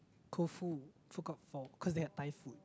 Koufu food court four cause they had Thai food